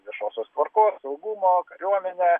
viešosios tvarkos saugumo kariuomenė